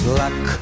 luck